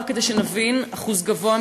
רק כדי שנבין את האחוז גבוה,